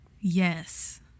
Yes